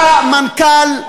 בא מנכ"ל,